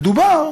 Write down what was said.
מדובר